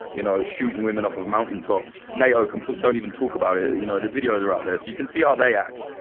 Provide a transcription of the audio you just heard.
you know shooting women off of mountain tops. nato don't even talk about it, you know the videos are out there so you can see how they act.